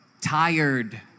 tired